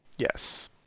Yes